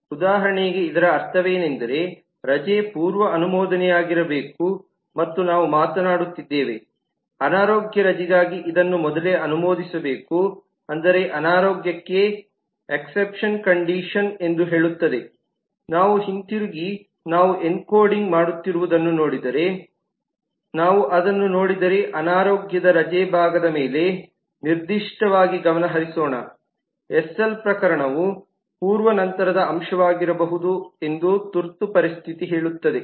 ಉದಾಹರಣೆಗೆ ಇದರ ಅರ್ಥವೇನೆಂದರೆ ರಜೆ ಪೂರ್ವ ಅನುಮೋದನೆಯಾಗಿರಬೇಕು ಮತ್ತು ನಾವು ಮಾತನಾಡುತ್ತಿದ್ದೇವೆ ಅನಾರೋಗ್ಯ ರಜೆಗಾಗಿ ಇದನ್ನು ಮೊದಲೇ ಅನುಮೋದಿಸಬೇಕು ಅಂದರೆ ಅನಾರೋಗ್ಯಕ್ಕೆ ಎಕ್ಸೆಪ್ಶನ್ ಕಂಡೀಶನ್ ಎಂದು ಹೇಳುತ್ತದೆನಾವು ಹಿಂತಿರುಗಿ ನಾವು ಎನ್ಕೋಡಿಂಗ್ ಮಾಡುತ್ತಿರುವುದನ್ನು ನೋಡಿದರೆ ನಾವು ಅದನ್ನು ನೋಡಿದರೆ ಅನಾರೋಗ್ಯದ ರಜೆ ಭಾಗದ ಮೇಲೆ ನಿರ್ದಿಷ್ಟವಾಗಿ ಗಮನ ಹರಿಸೋಣ ಎಸ್ಎಲ್ನ ಪ್ರಕರಣವು ಪೂರ್ವ ನಂತರದ ಅಂಶವಾಗಿರಬಹುದು ಎಂದು ತುರ್ತು ಪರಿಸ್ಥಿತಿ ಹೇಳುತ್ತದೆ